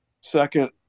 second